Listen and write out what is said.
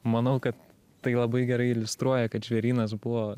manau kad tai labai gerai iliustruoja kad žvėrynas buvo